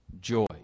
joy